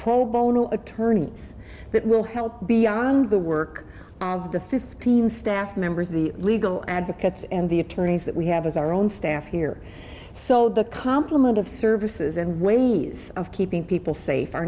paul bono attorneys that will help beyond the work of the fifteen staff members the legal advocates and the attorneys that we have as our own staff here so the complement of services and ways of keeping people safe